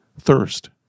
thirst